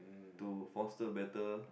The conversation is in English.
to foster better